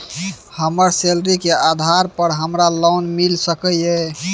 हमर सैलरी के आधार पर हमरा लोन मिल सके ये?